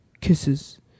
Kisses